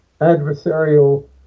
adversarial